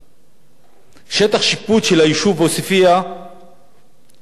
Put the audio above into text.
שטח השיפוט של היישוב בעוספיא בשנות ה-50 היה